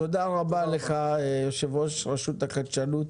תודה רבה לך יושב ראש הרשות והחדשנות.